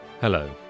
Hello